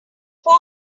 poor